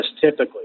typically